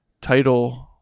title